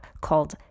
called